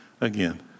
again